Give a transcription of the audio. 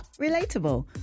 Relatable